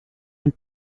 and